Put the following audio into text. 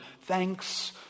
thanks